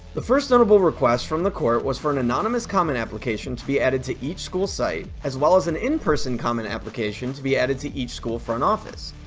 the first notable request from the court was for an anonymous comment application to be added to each school site, as well as an in-person comment application to be added to each school front office.